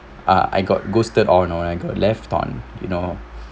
ah I got ghosted or you know like I got left on you know